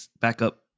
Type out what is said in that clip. backup